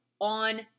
on